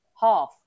half